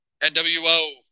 NWO